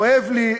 כואב לי,